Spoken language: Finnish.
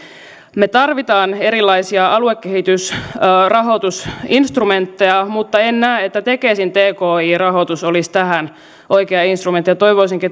me tarvitsemme erilaisia aluekehitysrahoitusinstrumentteja mutta en näe että tekesin tki rahoitus olisi tähän oikea instrumentti toivoisinkin